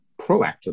proactive